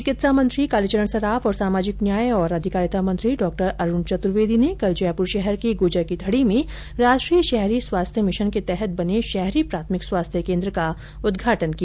चिकित्सा और स्वास्थ्य मंत्री कालीचरण सराफ तथा समाजिक न्याय और अधिकारिता मंत्री डॉ अरुण चतुर्वेदी ने कल जयपुर शहर की गुर्जर की थड़ी में राष्ट्रीय शहरी स्वास्थ्य मिशन के तहत बने शहरी प्राथमिक स्वास्थ्य केंद्र का उदघाटन किया